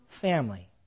family